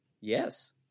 yes